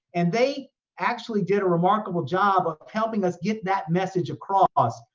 and they actually did a remarkable job of helping us get that message across.